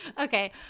okay